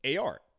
Ar